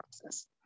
process